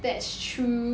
that's true